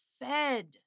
fed